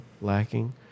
lacking